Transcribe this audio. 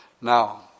Now